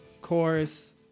chorus